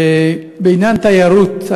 בעניין תיירות,